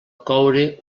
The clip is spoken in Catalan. coure